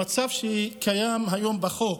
במצב שקיים היום בחוק,